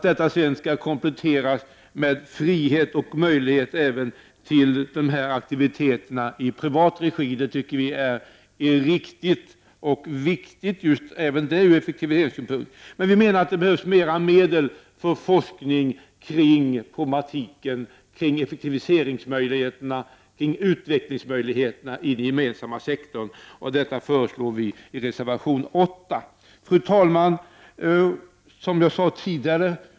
Detta skall sedan kompletteras med frihet och möjlighet till dessa aktiviteter i privat regi. Det tycker vi är riktigt och viktigt ur effektiviseringssynpunkt. Det behövs mera medel för forskning kring problemen med möjligheter till effektivisering och utveckling i den gemensamma sektorn. Detta föreslår vi i reservation 8. Fru talman!